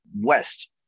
west